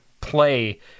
play